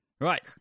Right